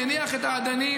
מניח את האדנים